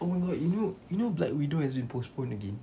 oh my god you know you know black widow has been postponed again